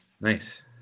nice